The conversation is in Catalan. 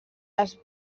les